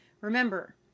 remember